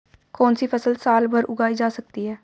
कौनसी फसल साल भर उगाई जा सकती है?